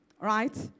right